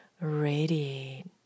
radiate